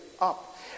up